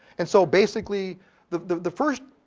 and so basically the the first,